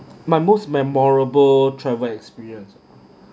my most memorable travel experience